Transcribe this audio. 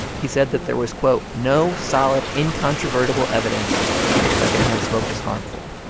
he said that there was, quote, no solid incontrovertible evidence that secondhand smoke was harmful.